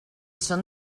són